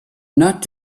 not